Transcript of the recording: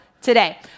today